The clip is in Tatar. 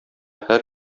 һәр